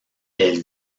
elle